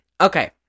Okay